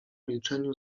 milczeniu